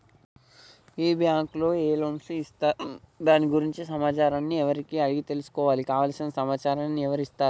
ఈ బ్యాంకులో ఏ లోన్స్ ఇస్తారు దాని గురించి సమాచారాన్ని ఎవరిని అడిగి తెలుసుకోవాలి? కావలసిన సమాచారాన్ని ఎవరిస్తారు?